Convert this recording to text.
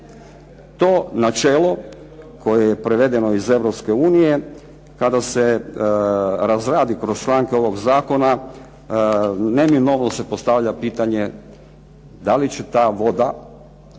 To načelo koje je prevedeno iz Europske unije kada se razradi kroz članke ovog zakona neminovno se postavlja pitanje da li će ta voda